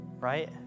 right